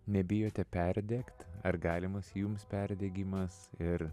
nebijote perdegt ar galimas jums perdegimas ir